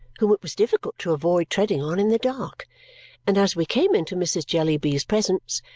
whom it was difficult to avoid treading on in the dark and as we came into mrs. jellyby's presence,